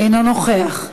אינו נוכח,